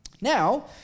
Now